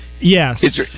Yes